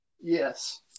Yes